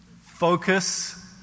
focus